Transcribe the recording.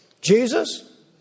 Jesus